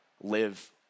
live